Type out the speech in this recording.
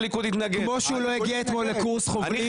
כמו שהוא לא הגיע אתמול לקורס חובלים,